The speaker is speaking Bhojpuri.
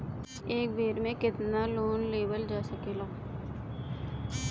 एक बेर में केतना लोन लेवल जा सकेला?